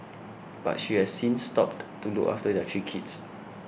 but she has since stopped to look after their three kids